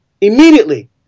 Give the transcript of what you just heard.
immediately